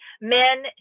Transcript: men